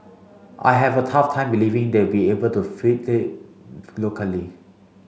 I have a tough time believing they'll be able to fill it locally